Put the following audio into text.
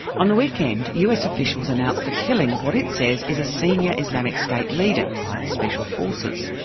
on the weekend, us officials announced the killing of what it says is a senior islamic state leader by its special forces.